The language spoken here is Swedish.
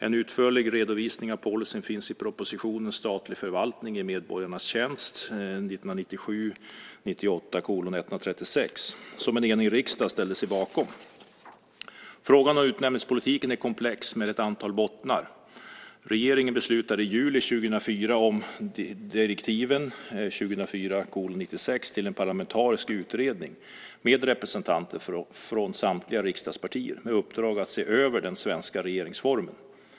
En utförlig redovisning av policyn finns i propositionen Statlig förvaltning i medborgarnas tjänst , som en enig riksdag ställde sig bakom. Frågan om utnämningspolitiken är komplex med ett antal bottnar. Regeringen beslutade i juli 2004 om direktiven till en parlamentarisk utredning med representanter från samtliga riksdagspartier med uppdrag att se över den svenska regeringsformen.